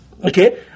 Okay